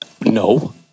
No